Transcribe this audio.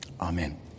amen